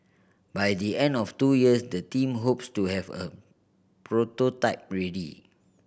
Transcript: by the end of two years the team hopes to have a prototype ready